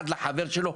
אחד לחבר שלו,